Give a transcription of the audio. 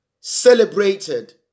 celebrated